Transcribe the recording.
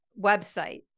website